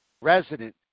resident